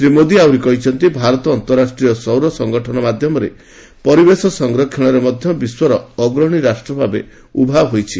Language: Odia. ଶ୍ରୀ ମୋଦୀ ଆହୁରି କହିଛନ୍ତି ଭାରତ ଅନ୍ତରାଷ୍ଟ୍ରୀୟ ସୌର ସଙ୍ଗଠନ ମାଧ୍ୟମରେ ପରିବେଶ ସଂରକ୍ଷଣରେ ମଧ୍ୟ ବିଶ୍ୱର ଅଗ୍ରଣୀ ରାଷ୍ଟ୍ର ଭାବେ ଉଭା ହୋଇଛି